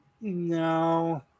No